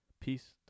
Peace